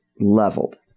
leveled